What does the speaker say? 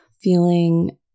feeling